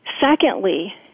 Secondly